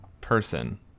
person